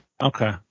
Okay